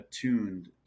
attuned